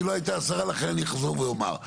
והיא לא הייתה השרה לכן אני אחזור ואומר.